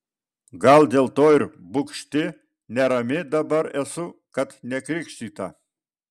gal dėl to ir bugšti nerami dabar esu kad nekrikštyta